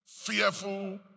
fearful